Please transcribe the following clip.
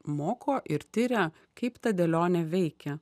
moko ir tiria kaip ta dėlionė veikia